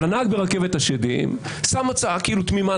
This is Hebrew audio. אבל הנהג ברכבת השדים שם הצעה כאילו תמימה,